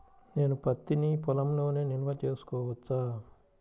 నేను పత్తి నీ పొలంలోనే నిల్వ చేసుకోవచ్చా?